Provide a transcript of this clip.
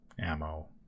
ammo